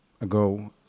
ago